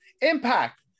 Impact